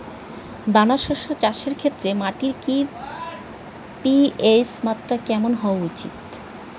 দানা শস্য চাষের ক্ষেত্রে মাটির পি.এইচ মাত্রা কেমন হওয়া উচিৎ?